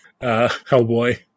Hellboy